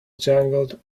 jangled